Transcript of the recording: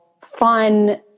fun